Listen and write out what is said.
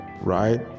right